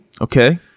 Okay